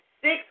six